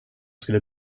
skulle